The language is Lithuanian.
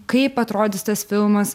kaip atrodys tas filmas